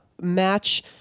match